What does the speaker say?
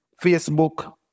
Facebook